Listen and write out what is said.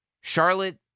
Charlotte